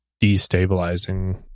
destabilizing